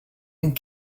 and